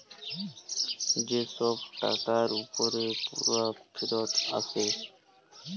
যে ছব টাকার উপরে পুরা ফিরত আসে